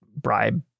bribe